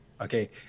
okay